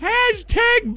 Hashtag